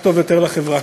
כך טוב יותר לחברה.